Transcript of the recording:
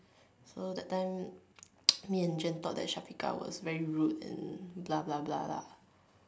so that time me and Jen thought that Syafiqah was very rude and blah blah blah lah